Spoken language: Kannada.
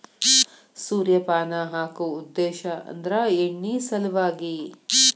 ಸೂರ್ಯಪಾನ ಹಾಕು ಉದ್ದೇಶ ಅಂದ್ರ ಎಣ್ಣಿ ಸಲವಾಗಿ